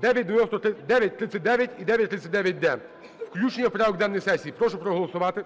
9039 і 9039-д. Включення у порядок денної сесії. Прошу проголосувати.